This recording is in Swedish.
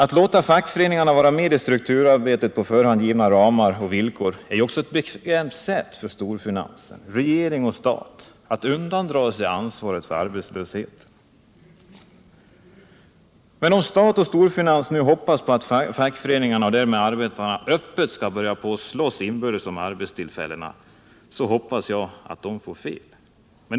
Att låta fackföreningarna vara med i strukturarbetet med på förhand givna ramar och villkor är också ett bekvämt sätt för storfinans, regering och stat att undandra sig ansvaret för arbetslöshet. Men om staten och storfinansen nu hoppas på att fackföreningarna och därmed arbetarna öppet skall börja slåss inbördes om arbetstillfällena, hoppas jag att de förväntningarna slår fel.